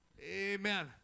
Amen